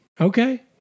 Okay